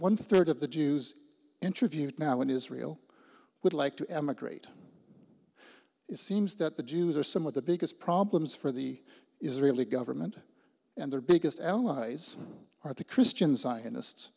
one third of the jews interviewed now in israel would like to emigrate it seems that the jews are some of the biggest problems for the israeli government and their biggest allies are the christian zionists